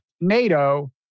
NATO